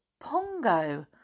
Pongo